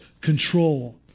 control